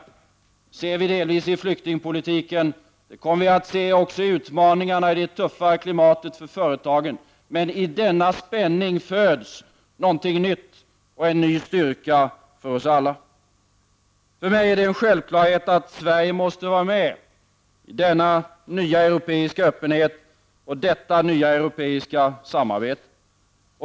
Det ser vi delvis i flyktingpolitiken, och det kommer vi också att se i utmaningarna och det hårdare klimatet för företagen. Men ur denna spänning föds någonting nytt och en ny styrka för oss alla. För mig är det en självklarhet att Sverige måste vara med i denna nya europeiska öppenhet och detta nya europeiska samarbete.